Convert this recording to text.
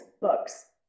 books